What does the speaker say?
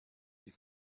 die